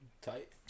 Tight